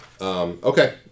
Okay